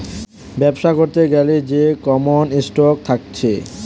বেবসা করতে গ্যালে যে কমন স্টক থাকছে